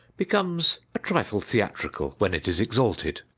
becomes a trifle theatrical when it is exalted.